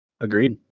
Agreed